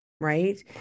right